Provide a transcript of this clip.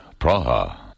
Praha